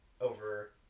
over